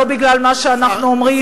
לא בגלל מה שאנחנו אומרים,